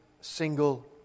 single